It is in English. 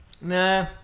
Nah